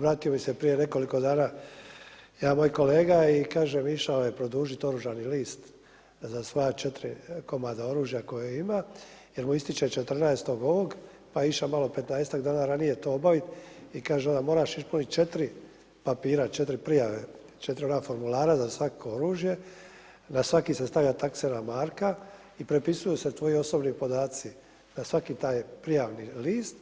Vratio bi se prije nekoliko dana jedan moj kolega i kaže išao je produžiti oružani list za svoja četiri komada oružja koje ima jer mu ističe 14. ovog, pa je išao malo 15-tak dana to obaviti i kaže on - moraš ispuniti 4 papira, 4 prijave, 4 ona formulara za svako oružje, na svaki se stavlja taksena marka i prepisuju se tvoji osobni podaci na svaki taj prijavni list